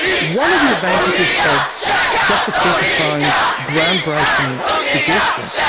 one of the advantages of justice finkelstein's groundbreaking suggestion,